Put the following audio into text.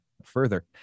further